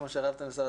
כמו שרבת עם השרה?